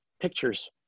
pictures